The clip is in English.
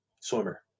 swimmer